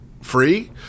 free